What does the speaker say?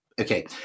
Okay